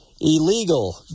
illegal